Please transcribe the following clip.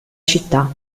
città